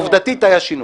עובדתית היה שינוי.